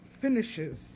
finishes